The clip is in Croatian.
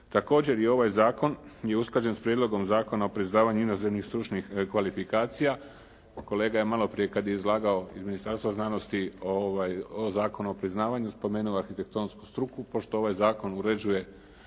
Također i ovaj zakon je usklađen s Prijedlogom zakona o priznavanju inozemnih, stručnih kvalifikacija. Kolega je malo prije kad je izlagao iz Ministarstva znanosti o Zakonu o priznavanju spomenuo arhitektonsku struku pošto ovaj zakon uređuje